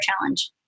challenge